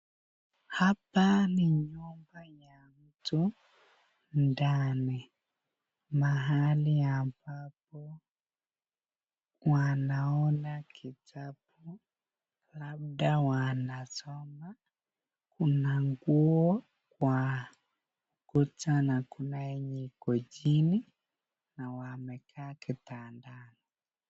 Hapa ni nyumba ya mtu ndani mahali ambapo wanaona kitabu labda wanasoma, kuna nguo kwa kuta na kuna yenye iko jini na wamekaa kitandani.